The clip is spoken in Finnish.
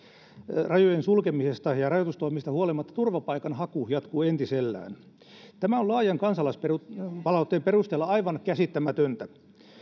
rajojen sulkemisesta ja rajoitustoimista huolimatta turvapaikanhaku jatkuu entisellään tämä on laajan kansalaispalautteen perusteella aivan käsittämätöntä